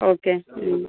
okay മ്മ്